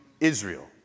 Israel